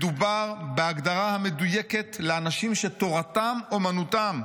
מדובר בהגדרה המדויקת לאנשים שתורתם אומנותם.